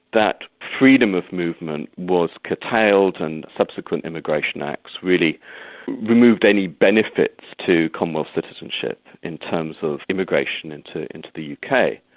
that freedom of movement was curtailed and subsequent immigration acts really removed any benefits to commonwealth citizenship in terms of immigration into into the uk.